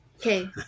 Okay